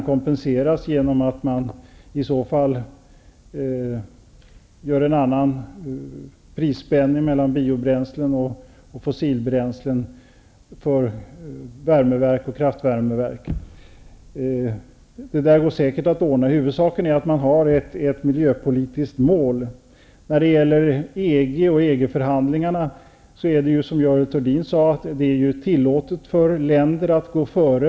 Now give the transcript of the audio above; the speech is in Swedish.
Kompensation kan ske genom en annan prisspänning mellan biobränslen och fossilbränslen för värmeverk och kraftvärmeverk. Det går säkert att ordna. Huvudsaken är att det finns ett miljöpolitiskt mål. När det gäller EG och de förhandlingarna är det, som Görel Thurdin sade, tillåtet för länder att gå före.